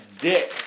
dick